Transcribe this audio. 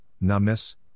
numbness